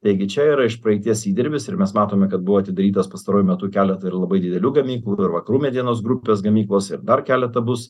taigi čia yra iš praeities įdirbis ir mes matome kad buvo atidarytas pastaruoju metu keleta ir labai didelių gamyklų ir vakarų medienos grupės gamyklos ir dar keleta bus